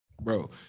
bro